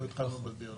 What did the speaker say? ועוד לא התחלנו בדיונים.